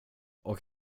och